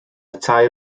tair